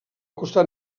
costat